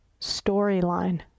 storyline